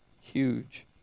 huge